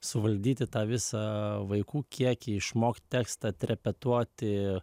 suvaldyti tą visą vaikų kiekį išmokti tekstą atrepetuoti